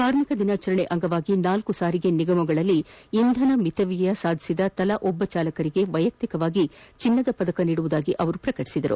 ಕಾರ್ಮಿಕ ದಿನಾಚರಣೆ ಅಂಗವಾಗಿ ನಾಲ್ಕು ಸಾರಿಗೆ ನಿಗಮಗಳಲ್ಲಿ ಇಂಧನ ಮಿತವ್ದಯ ಸಾಧಿಸಿದ ತಲಾ ಒಬ್ಬ ಚಾಲಕರಿಗೆ ವೈಯಕ್ತಿಕವಾಗಿ ಚಿನ್ನದ ಪದಕ ನೀಡುವುದಾಗಿ ಅವರು ಪ್ರಕಟಿಸಿದರು